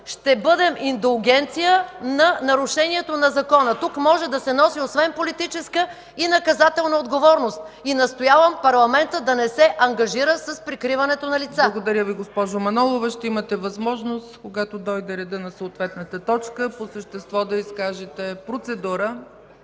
ще бъдем индулгенция на нарушението на закона. Тук може да се носи освен политическа - и наказателна отговорност. Настоявам парламентът да не се ангажира с прикриването на лица. ПРЕДСЕДАТЕЛ ЦЕЦКА ЦАЧЕВА: Благодаря, госпожо Манолова. Ще имате възможност, когато дойде редът на съответната точка, да се изкажете по